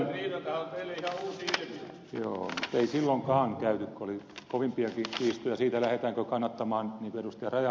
joo ei silloinkaan käyty kun oli kovempiakin kiistoja siitä lähdetäänkö kannattamaan niin kuin ed